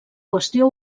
qüestió